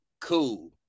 cool